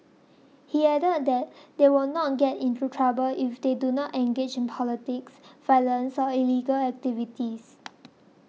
he added that they would not get into trouble if they do not engage in politics violence or illegal activities